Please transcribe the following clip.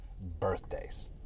birthdays